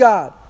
God